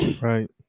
Right